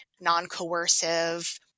non-coercive